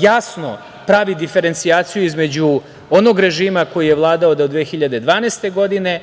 jasno pravi diferencijaciju između onog režima koji je vladao do 2012. godine